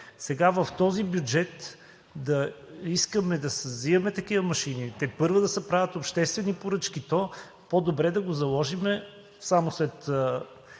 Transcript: Сега в този бюджет да искаме да взимаме такива машини и тепърва да се правят обществени поръчки, то по-добре да го заложим само за след